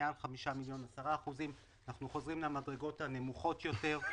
מעל חמישה מיליון 10%. אנחנו חוזרים למדרגות הנמוכות יותר,